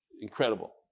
incredible